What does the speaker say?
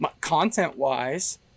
Content-wise